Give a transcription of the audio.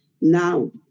now